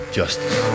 justice